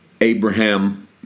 Abraham